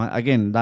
again